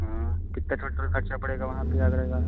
हाँ कितना टोटल ख़र्चा पड़ेगा वहाँ पर आगरा का